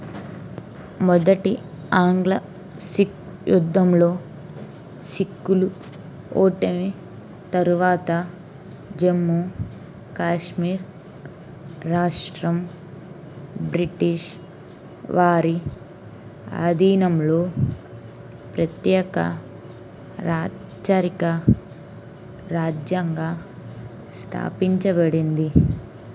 మొదటి ఆంగ్ల సిక్కు యుద్ధంలో సిక్కులు ఓటమి తరువాత జమ్మూ కాశ్మీర్ రాష్ట్రం బ్రిటీష్ వారి ఆధీనంలో ప్రత్యేక రాచరిక రాజ్యంగా స్థాపించబడింది